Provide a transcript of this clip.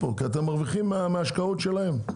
כי אתם מרוויחים מההשקעות שלהם,